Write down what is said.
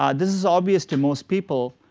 um this is obvious to most people,